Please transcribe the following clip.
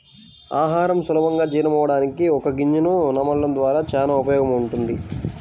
ఆహారం సులభంగా జీర్ణమవ్వడానికి వక్క గింజను నమలడం ద్వారా చానా ఉపయోగముంటది